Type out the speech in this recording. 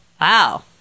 Wow